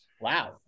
wow